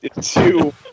Two